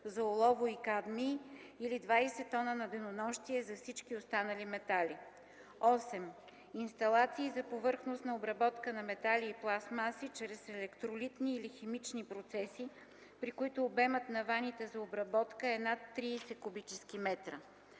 за олово и кадмий или 20 т на денонощие за всички останали метали. 8. Инсталации за повърхностна обработка на метали и пластмаси чрез електролитни или химични процеси, при които обемът на ваните за обработка е над 30 м3.